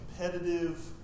competitive